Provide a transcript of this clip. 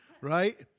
Right